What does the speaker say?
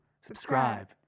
Subscribe